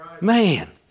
Man